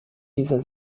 dieser